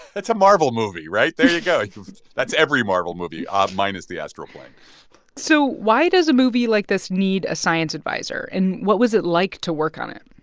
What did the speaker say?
it's a marvel movie, right? there you go that's every marvel movie ah minus the astral plane so why does a movie like this need a science adviser? and what was it like to work on it?